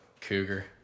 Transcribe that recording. Cougar